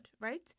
right